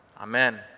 amen